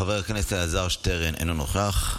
חבר הכנסת אלעזר שטרן, אינו נוכח.